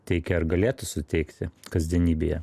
teikia ar galėtų suteikti kasdienybėje